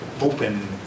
open